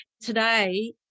today